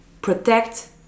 protect